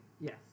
Yes